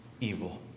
evil